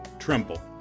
Tremble